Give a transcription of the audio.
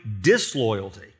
disloyalty